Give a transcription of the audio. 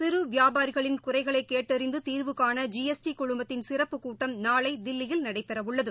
சிறுவியாபாரிகளின் குறைகளைகேட்டறிந்துதீர்வுகாண G S T குழுமத்தின் சிறப்புக் கூட்டம் நாளைதில்லியில் நடைபெறவுள்ளது